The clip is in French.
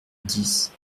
dix